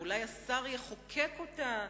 ואולי השר יחוקק אותה,